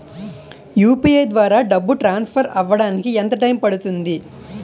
UPI ద్వారా డబ్బు transfer అవ్వడానికి ఎంత టైం పడుతుంది?